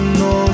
no